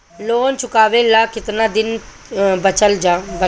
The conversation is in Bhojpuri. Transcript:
लोन चुकावे ला कितना दिन बचल बा?